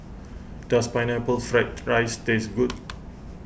does Pineapple Fried Rice taste good